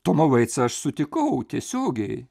tomą vaicą aš sutikau tiesiogiai